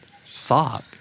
Fog